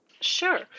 Sure